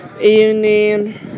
evening